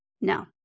No